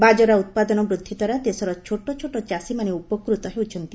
ବାଜରା ଉପାଦନ ବିଦ୍ଧିଦ୍ୱାରା ଦେଶର ଛୋଟ ଛୋଟ ଚାଷୀମାନେ ଉପକୃତ ହେଉଛନ୍ତି